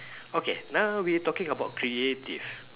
okay now we talking about creative